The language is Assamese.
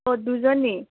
অঁ দুজনী